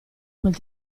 quel